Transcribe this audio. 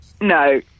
no